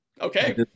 Okay